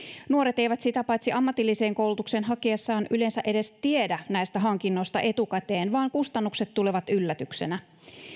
nuoret eivät sitä paitsi ammatilliseen koulutukseen hakiessaan yleensä edes tiedä näistä hankinnoista etukäteen vaan kustannukset tulevat yllätyksenä